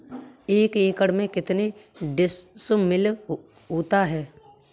एक एकड़ में कितने डिसमिल होता है?